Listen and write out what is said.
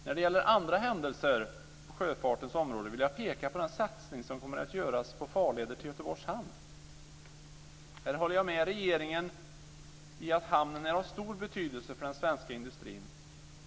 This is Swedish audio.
När det gäller andra händelser på sjöfartens område vill jag peka på den satsning som kommer att göras på farleder till Göteborgs hamn. Här håller jag med regeringen om att hamnen är av stor betydelse för den svenska industrin.